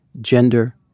Gender